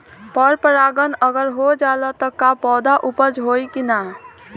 पर परागण अगर हो जाला त का पौधा उपज होई की ना?